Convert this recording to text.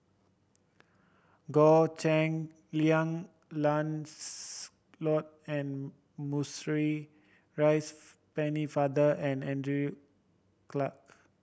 Goh Cheng Liang Lancelot and Maurice Pennefather and Andrew Clarke